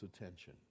attention